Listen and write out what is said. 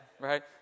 right